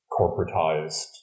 corporatized